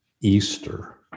Easter